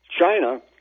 China